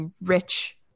rich